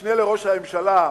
המשנה לראש הממשלה,